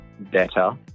better